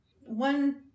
One